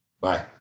Bye